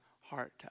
heart